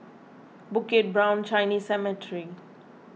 Bukit Brown Chinese Cemetery